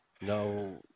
no